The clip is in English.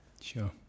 Sure